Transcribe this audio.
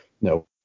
no